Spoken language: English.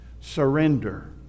Surrender